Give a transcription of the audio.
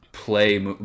play